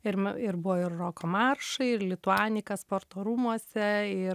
ir ir buvo ir roko maršai ir lituanika sporto rūmuose ir